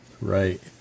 Right